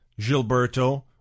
Gilberto